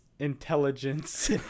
Intelligence